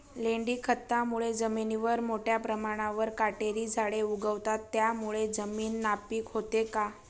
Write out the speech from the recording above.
लेंडी खतामुळे जमिनीवर मोठ्या प्रमाणावर काटेरी झाडे उगवतात, त्यामुळे जमीन नापीक होते का?